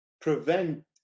prevent